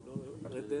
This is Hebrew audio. מהפרק.